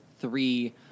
three